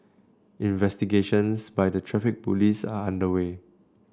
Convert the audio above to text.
investigations by the Traffic Police are underway